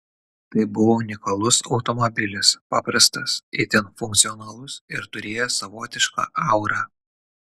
tai buvo unikalus automobilis paprastas itin funkcionalus ir turėjęs savotišką aurą